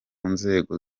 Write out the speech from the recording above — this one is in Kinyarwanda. nzego